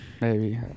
baby